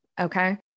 Okay